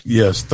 yes